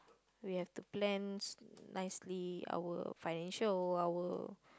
we have to plan nicely our financial our